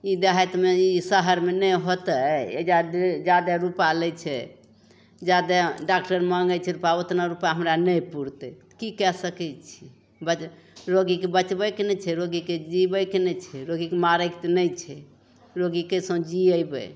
ई देहातमे ई शहरमे नहि होतै एहिजाँ जादा रुपा लै छै जादे डाकटर माँगै छै रुपा ओतना रुपा हमरा नहि पुरतै तऽ कि कै सकै छी बच रोगीके बचबैके ने छै रोगी जे जिआबैके ने छै रोगीके मारैके तऽ नहि छै रोगी कइसहिओ जिएबै